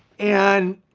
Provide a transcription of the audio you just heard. and